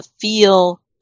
feel